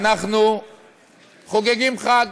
אנחנו חוגגים חג